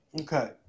Okay